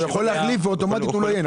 אז הוא יכול להחליף ואוטומטית הוא לא יהיה.